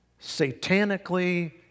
satanically